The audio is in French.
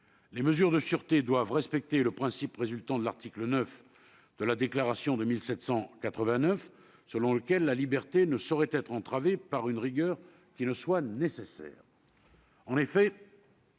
Les mesures de sûreté doivent respecter le principe résultant de l'article IX de la Déclaration de 1789, selon lequel la liberté ne saurait être entravée par une rigueur qui ne soit nécessaire.